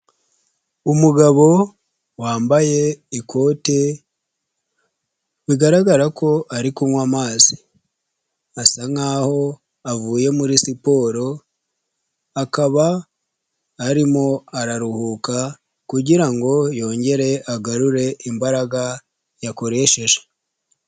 Umugabo wambaye ikote bigaragara ko ari kunywa amazi asa nkaho avuye muri siporo akaba arimo araruhuka kugirango yongere agarure imbaraga yakoresheje.